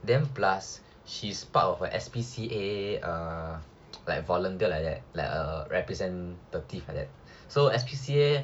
then plus she is part of a S_P_C_A err like volunteer like that like err representative like that so S_P_C_A